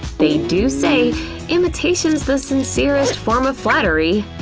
they do say imitation's the sincerest form of flattery.